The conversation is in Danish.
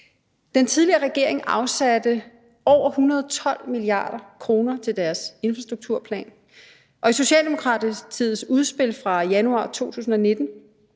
Den tidligere regering afsatte over 112 mia. kr. til deres infrastrukturplan, og i Socialdemokratiets udspil fra januar 2019